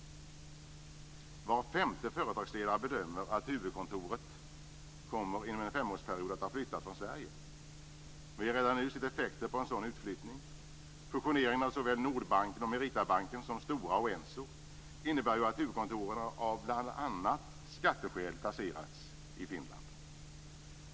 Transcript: Var femte företagsledare bedömer att huvudkontoret inom en femårsperiod kommer att ha flyttat från Sverige. Vi har redan nu sett exempel på sådan utflyttning. Fusioneringarna av såväl Nordbanken och Meritabanken som Stora och Enso har ju inneburit att huvudkontoren av bl.a. skatteskäl placerats i Finland.